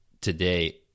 today